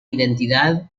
identidad